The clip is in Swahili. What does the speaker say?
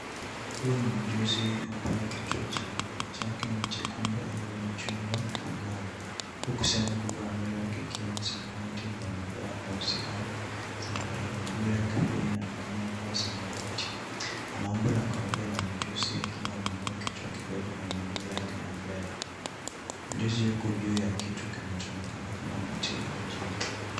Huyu ni mjusi ambaye kichwa chake ni chekundu au machungwa angavu huku sehemu kubwa ya mwili wake ukiwa ni samawati yenye madoa meusi au zambarau. Miguu yake pia inaonekana kuwa samawati. Ana umbo la kawaida la mjusi akiwa ameinua kichwa kidogo na miguu yake ya mbele. Mjusi yuko juu ya kitu kinachoonekana kama mti au jiwe.